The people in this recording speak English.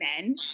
men